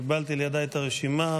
קיבלתי לידיי את הרשימה.